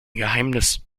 geheimnis